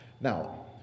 Now